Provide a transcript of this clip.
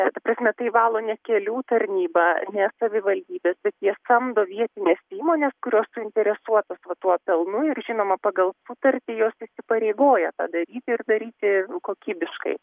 ta prasme tai valo ne kelių tarnyba ne savivaldybė bet jie samdo vietines įmones kurios suinteresuotos va tuo pelnu ir žinoma pagal sutartį jos įsipareigoja tą daryti ir daryti kokybiškai